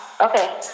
Okay